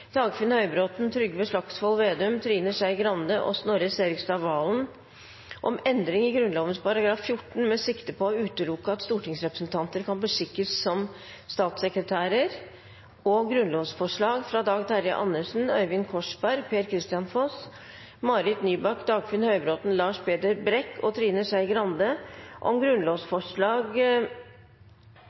Dagfinn Høybråten, Trygve Slagsvold Vedum, Trine Skei Grande og Snorre Serigstad Valen om endring i Grunnloven § 14 med sikte på å utelukke at stortingsrepresentanter kan beskikkes som statssekretærer og Dokument 12:1B – Grunnlovsforslag fra Dag Terje Andersen, Øyvind Korsberg, Per-Kristian Foss, Marit Nybakk, Dagfinn Høybråten, Lars Peder Brekk og Trine Skei Grande: Grunnlovsforslag